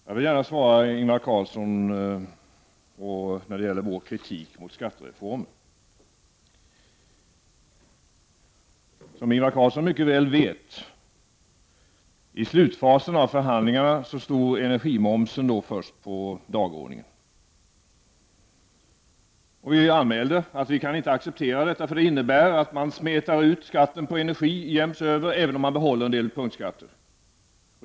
Herr talman! Jag vill gärna till Ingvar Carlsson säga några ord när det gäller vår kritik av skattereformen. Som Ingvar Carlsson mycket väl vet stod frågan om energimoms först på dagordningen i slutfasen av förhandlingarna. Vi anmälde att vi inte kunde acceptera detta, eftersom det skulle innebära att man fördelar skatten på energi jäms över, även om man behåller en del punktskatter.